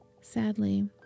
Sadly